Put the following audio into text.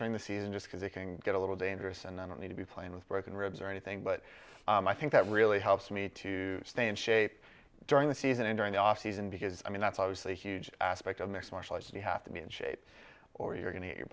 during the season just because it can get a little dangerous and i don't need to be playing with broken ribs or anything but i think that really helps me to stay in shape during the season and during the off season because i mean that's obviously a huge aspect of mixed martial arts you have to be in shape or you're going to